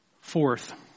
Fourth